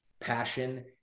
passion